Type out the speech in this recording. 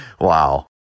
Wow